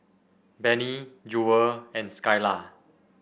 Benny Jewel and Skylar